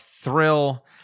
thrill